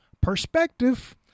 perspective